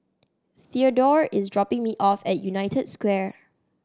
Theodore is dropping me off at United Square